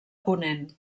ponent